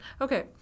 Okay